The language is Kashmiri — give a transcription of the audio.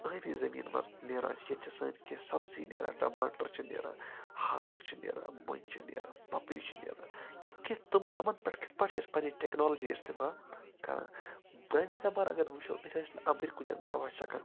ٲبی زٔمیٖن منٛز نیران چھِ یِیٚتہِ چھِ سٲنۍ کیٚنٛہہ سَبزِی نیران ٹماٹَر چھِ نیران ہاکھ چھِ نیران مۄنٛجہِ چھِ نیران پَپرِ چھِ نیران یا کیٚنٛہہ تِم یِمن پیٚٹھ کِتھٕ پٲٹھۍ چھِ أسۍ پَننہِ ٹیکنالجِی استعمال کران وۅنۍ اَگر وُچھو أسۍ ٲسۍ نہٕ اَمبٕرۍ کُلیٚن دوا چھکان